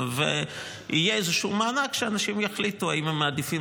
יהיה איזה מענק שאנשים יחליטו האם הם מעדיפים